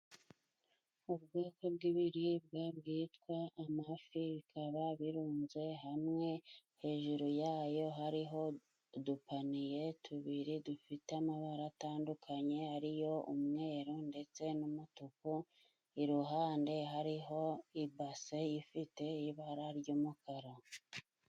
Ubwoko bw'ibiribwa bwitwa amafi bikaba birunze hamwe. Hejuru yayo hariho udupaniye tubiri dufite amabara atandukanye ariyo umweru ndetse n'umutuku, iruhande hariho ibase ifite ibara ry'umukara.